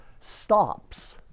stops